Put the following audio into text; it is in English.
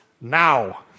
now